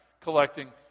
collecting